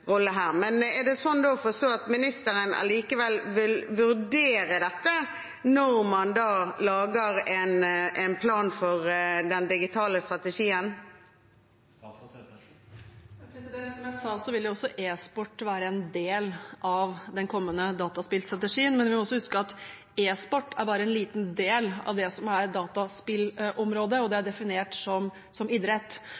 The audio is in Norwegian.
rolle her. Men er det sånn å forstå at ministeren allikevel vil vurdere dette når man lager en plan for den digitale strategien? Som jeg sa, vil også e-sport være en del av den kommende dataspillstrategien, men vi må også huske at e-sport er bare en liten del av det som er dataspillområdet, og det